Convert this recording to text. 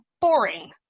boring